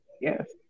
yes